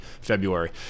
February